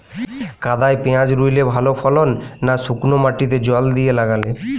কাদায় পেঁয়াজ রুইলে ভালো ফলন না শুক্নো মাটিতে জল দিয়ে লাগালে?